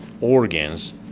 organs